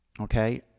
okay